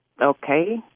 Okay